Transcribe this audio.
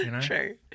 True